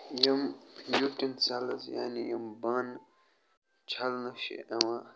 یِم یوٗٹٮ۪نسٮ۪لٕز یعنی یِم بانہٕ چھَلنہٕ چھِ یِوان